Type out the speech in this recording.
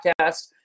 podcast